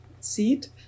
seat